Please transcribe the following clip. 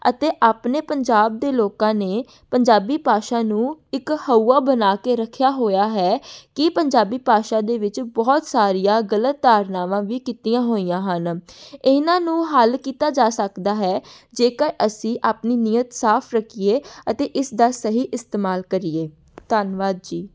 ਅਤੇ ਆਪਣੇ ਪੰਜਾਬ ਦੇ ਲੋਕਾਂ ਨੇ ਪੰਜਾਬੀ ਭਾਸ਼ਾ ਨੂੰ ਇੱਕ ਹਊਆ ਬਣਾ ਕੇ ਰੱਖਿਆ ਹੋਇਆ ਹੈ ਕਿ ਪੰਜਾਬੀ ਭਾਸ਼ਾ ਦੇ ਵਿੱਚ ਬਹੁਤ ਸਾਰੀਆਂ ਗਲਤ ਧਾਰਨਾਵਾਂ ਵੀ ਕੀਤੀਆਂ ਹੋਈਆਂ ਹਨ ਇਹਨਾਂ ਨੂੰ ਹੱਲ ਕੀਤਾ ਜਾ ਸਕਦਾ ਹੈ ਜੇਕਰ ਅਸੀਂ ਆਪਣੀ ਨੀਅਤ ਸਾਫ਼ ਰੱਖੀਏ ਅਤੇ ਇਸ ਦਾ ਸਹੀ ਇਸਤੇਮਾਲ ਕਰੀਏ ਧੰਨਵਾਦ ਜੀ